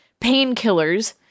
painkillers